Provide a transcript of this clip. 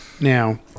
Now